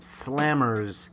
slammers